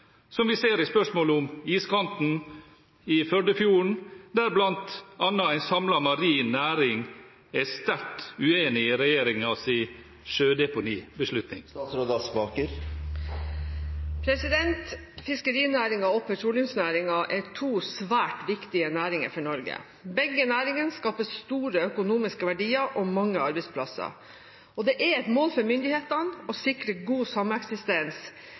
som vi ser i spørsmålet om iskanten, i Førdefjorden, der bl.a. en samlet marin næring er sterkt uenig i regjeringens sjødeponibeslutning? Fiskerinæringen og petroleumsnæringen er to svært viktige næringer for Norge. Begge næringene skaper store økonomiske verdier og mange arbeidsplasser, og det er et mål for myndighetene å sikre god sameksistens